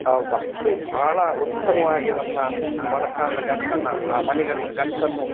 ಅಷ್ಟು ಭಾಳ ಉತ್ತಮವಾಗಿ ನನ್ನ ಮೊಣಕಾಲಿನ ಗಂಟನ್ನ ಆ ಮಣಿಗಂಟು ಗಂಟನ್ನು